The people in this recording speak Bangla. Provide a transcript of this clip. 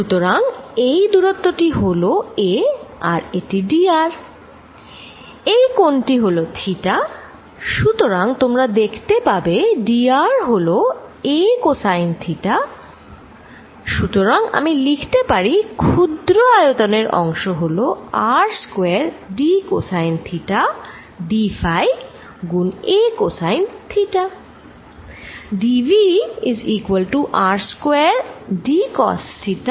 সুতরাং এই দূরত্ব টি হল a আর এটি হলো dr এই কোনটি হল theta সুতরাং তোমরা দেখতে পাবে dr হল a cosine theta dra cosθ সুতরাং আমি লিখতে পারি ক্ষুদ্র আয়তনের অংশ হলো R square d cosine theta d phi গুন a কোসাইন থিটা